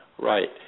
Right